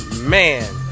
man